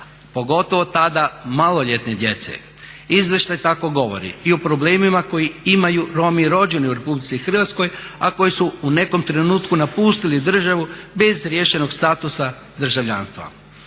pogotovo tada maloljetne djece. Izvještaj tako govori i o problemima koje imaju Romi rođeni u Republici Hrvatskoj, a koji su u nekom trenutku napustili državu bez riješenog statusa državljanstva.